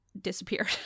disappeared